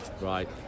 right